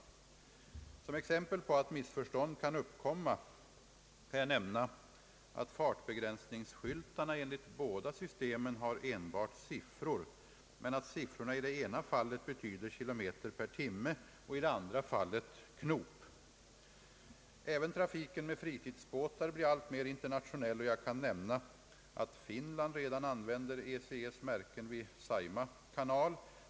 Såsom exempel på att missförstånd kan uppkomma kan jag nämna att fartbegränsningsskyltarna enligt båda systemen har enbart siffror, men att siffrorna i det ena fallet betyder kilometer i timmen och i det andra fallet knop. Även trafiken med fritidsbåtar blir alltmer internationell. Jag kan nämna att Finland redan använder ECE:s märken vid Saima kanal.